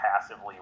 passively